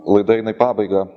laida eina į pabaigą